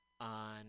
on